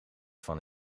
van